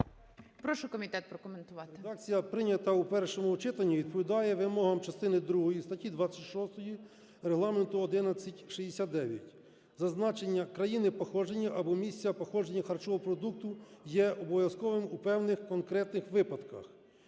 Прошу комітет прокоментувати. 13:49:13 ЮРЧИШИН П.В. Редакція, прийнята у першому читанні, відповідає вимогам частини другої статті 26 Регламенту 1169, зазначення країни походження або місця походження харчового продукту є обов'язковим у певних конкретних випадках.